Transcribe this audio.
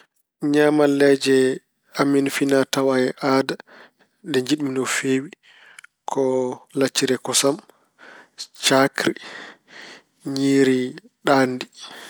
Ñaamalleeji amin finaatawaa e aada ɗe njiɗmi no feewi ko lacciri e kosam, caakkri, ñiiri ɗaatdi.